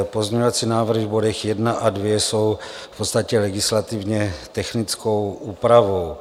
Pozměňovací návrhy v bodech 1 a 2 jsou v podstatě legislativně technickou úpravou.